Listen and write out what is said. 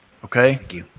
okay? thank you.